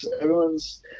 Everyone's –